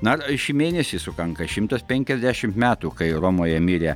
na šį mėnesį sukanka šimtas penkiasdešimt metų kai romoje mirė